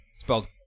Spelled